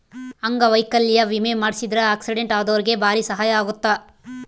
ಅಂಗವೈಕಲ್ಯ ವಿಮೆ ಮಾಡ್ಸಿದ್ರ ಆಕ್ಸಿಡೆಂಟ್ ಅದೊರ್ಗೆ ಬಾರಿ ಸಹಾಯ ಅಗುತ್ತ